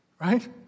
right